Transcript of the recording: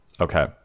Okay